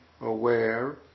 aware